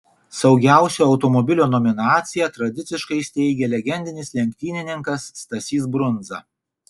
saugiausio automobilio nominaciją tradiciškai steigia legendinis lenktynininkas stasys brundza